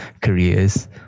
careers